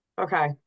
Okay